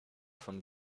von